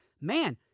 man